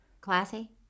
Classy